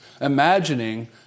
imagining